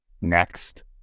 next